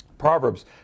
Proverbs